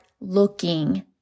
looking